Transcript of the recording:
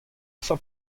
seurt